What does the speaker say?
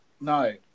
No